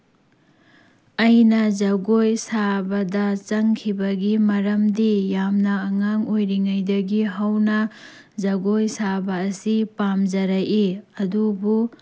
ꯑꯩꯅ ꯖꯒꯣꯏ ꯁꯥꯕꯗ ꯆꯪꯈꯤꯕꯒꯤ ꯃꯔꯝꯗꯤ ꯌꯥꯝꯅ ꯑꯉꯥꯡ ꯑꯣꯏꯔꯤꯉꯩꯗꯒꯤ ꯍꯧꯅ ꯖꯒꯣꯏ ꯁꯥꯕ ꯑꯁꯤ ꯄꯥꯝꯖꯔꯛꯏ ꯑꯗꯨꯕꯨ